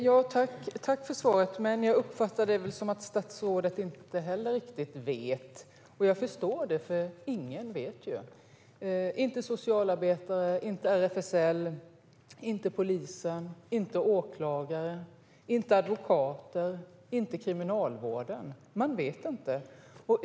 Fru talman! Tack, statsrådet, för svaret! Jag uppfattar det som att statsrådet inte heller riktigt vet. Jag förstår det, för ingen vet - inte socialarbetare, inte RFSL, inte polisen, inte åklagare, inte advokater och inte Kriminalvården. Man vet inte.